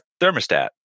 thermostat